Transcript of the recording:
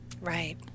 Right